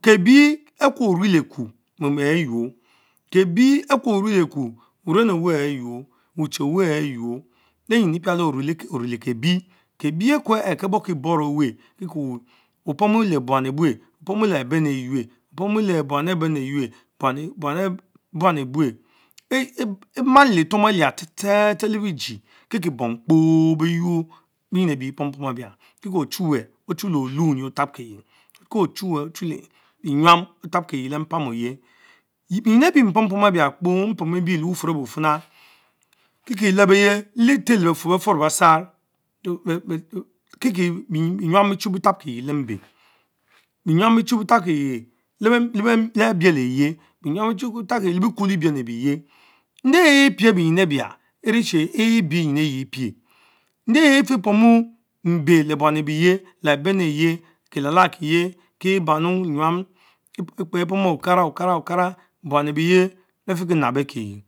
Kebie ehh kue orieleku mom ehh yuor, kebie lih kar orieleku uren owen aynor, uchid owel anh yuoh, Le yian eprale oviele Kebies Kebie okueh ke borkiboro Eweh kieko opomu le buan ebue, opomu leh abermeh eynerh opomu leh buam abene yuerh emaloletnom alia tsetse tse le biedzie keke bom kpo beynor benym eli epom pom abia ko ochnwe Ochn ovini tabkeych, ko Ochule enyam Le otabkeyje le mpam over bienyin ebie mpom pom elbis kpo mpom ebie leh bufur Oloy fing keke elebayie le letel Lebefur befur le bek sarr Keke bemyam bie chy bee tap kieyie le mbe, beryam bie Chu betap kieyeh leh abiel eyie z enyan biecin bie tapkiere le bekwo le biene ebite, nde epie benyin ebia enrichie ebie benyin ebie epieh, nde efie pomn mbe le abene ayen kelela atiejie kie bany eman, ekpe pomm okara okara okara buan lbierie befiki nab bekienie,